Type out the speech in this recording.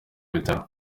bitaro